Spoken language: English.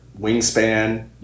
wingspan